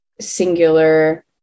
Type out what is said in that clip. singular